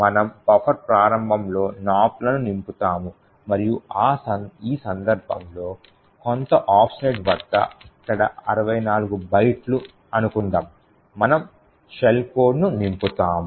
మనము buffer ప్రారంభంలో నాప్లను నింపుతాము మరియు ఈ సందర్భంలో కొంత ఆఫ్సెట్ వద్ద ఇక్కడ 64 బైట్లు అనుకుందాం మనము షెల్ కోడ్ను నింపుతాము